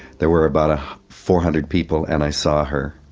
there were about ah four hundred people and i saw her.